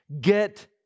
Get